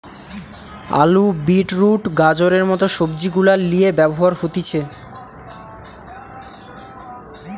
আলু, beetroot, গাজরের মত সবজি গুলার লিয়ে ব্যবহার হতিছে